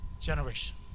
generation